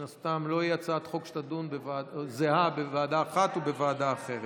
לא, זה שניהם ביחד.